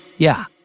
yeah,